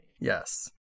Yes